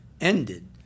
ended